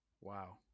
Wow